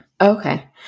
Okay